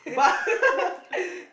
but